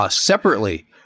separately